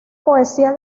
poesía